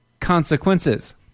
consequences